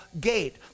gate